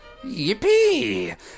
Yippee